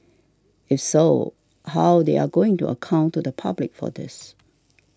if so how they are going to account to the public for this